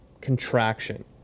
contraction